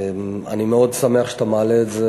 אני מאוד שמח שאתה מעלה את זה,